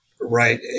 Right